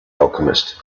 alchemist